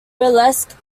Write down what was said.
burlesque